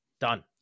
done